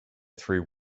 through